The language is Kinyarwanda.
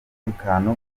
umutekano